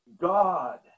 God